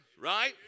right